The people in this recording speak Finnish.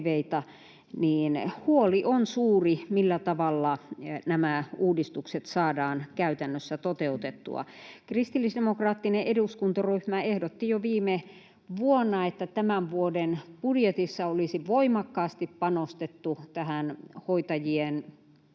niin huoli on suuri, millä tavalla nämä uudistukset saadaan käytännössä toteutettua. Kristillisdemokraattinen eduskuntaryhmä ehdotti jo viime vuonna, että tämän vuoden budjetissa olisi voimakkaasti panostettu tähän hoitajien resursointiin,